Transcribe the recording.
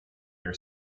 your